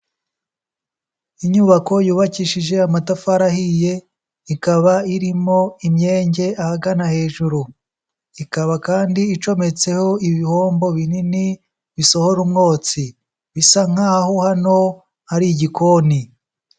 Inyubako yubakishije amatafari ahiye, ikaba irimo imyenge ahagana hejuru, ikaba kandi icometseho ibihombo binini bisohora umwotsi, bisa nkaho hano hari igikoni.